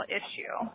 issue